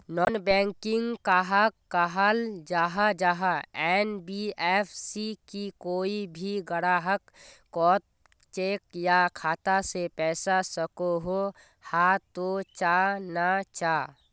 Non banking कहाक कहाल जाहा जाहा एन.बी.एफ.सी की कोई भी ग्राहक कोत चेक या खाता से पैसा सकोहो, हाँ तो चाँ ना चाँ?